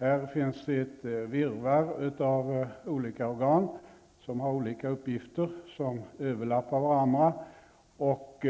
Här finns ett virrvarr av organ som har olika uppgifter, som överlappar varandra och